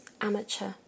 amateur